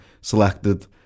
selected